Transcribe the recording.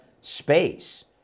space